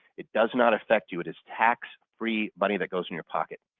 it does not affect you. it is tax-free money that goes in your pocket